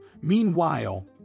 Meanwhile